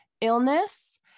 illness